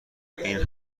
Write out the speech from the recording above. این